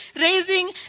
raising